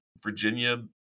virginia